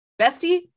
bestie